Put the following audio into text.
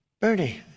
Bernie